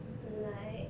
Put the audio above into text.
like